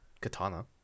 katana